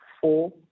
four